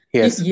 Yes